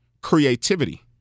creativity